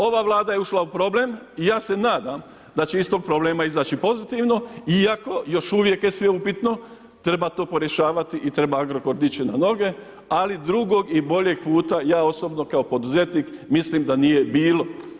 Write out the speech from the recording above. Ova Vlada je ušla u problem i ja se nadam da će iz tog problema izaći pozitivno, iako je još uvijek je sve upitno, treba to porješavati i treba Agrokor dići na noge, ali drugog i boljeg puta ja osobno kao poduzetnik mislim da nije bilo.